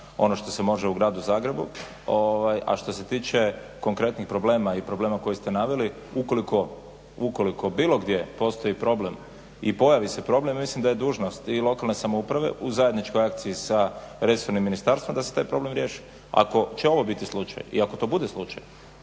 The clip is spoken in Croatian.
ono što se može u gradu Zagrebu. A što se tiče konkretnih problema i problema koje ste naveli, ukoliko bilo gdje postoji problem i pojavi se problem, mislim da je dužnost i lokalne samouprave u zajedničkoj akciji sa, recimo ministarstvom da se taj problem riješi. Ako će ovo biti slučaj i ako to bude slučaj,